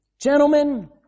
gentlemen